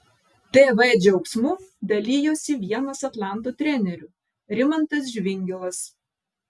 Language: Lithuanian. tv džiaugsmu dalijosi vienas atlanto trenerių rimantas žvingilas